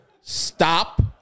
Stop